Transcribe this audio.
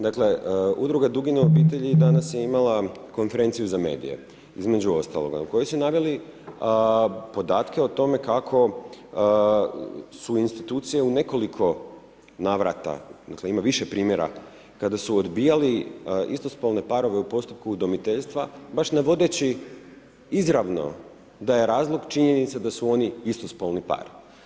Dakle Udruga Dugine obitelji danas je imala konferenciju za medije između ostaloga koji su naveli podatke o tome kako su institucije u nekoliko navrata, dakle ima više primjera kada su odbijali istospolne parove u postupku udomiteljstva baš ne vodeći izravno da je razlog činjenice da su oni istospolni par.